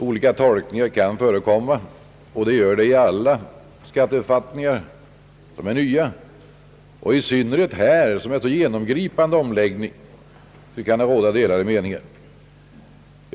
Olika tolkningar kan förekomma — så är det med alla nya skatteförfattningar, och särskilt när det gäller en så här genomgripande omläggning kan delade meningar råda.